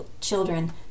children